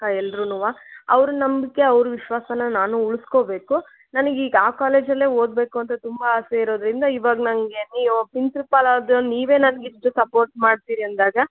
ಎಲ್ಲರುನೂವ ಅವ್ರ ನಂಬಿಕೆ ಅವ್ರ ವಿಶ್ವಾಸನ ನಾನು ಉಳ್ಸ್ಕೊಬೇಕು ನನಿಗೆ ಈಗ ಆ ಕಾಲೇಜ್ ಅಲ್ಲೆ ಓದಬೇಕು ಅಂತ ತುಂಬ ಆಸೆ ಇರೋದರಿಂದ ಇವಾಗ ನನಗೆ ನೀವು ಪ್ರಿನ್ಸಿಪಲ್ ಆದರೂ ನೀವೇ ನನ್ಗೆ ಇದ್ದು ಸಪೋರ್ಟ್ ಮಾಡ್ತೀರಿ ಅಂದಾಗ